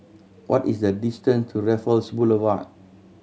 what is the distance to Raffles Boulevard